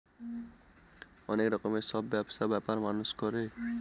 অনেক রকমের সব ব্যবসা ব্যাপার মানুষ করে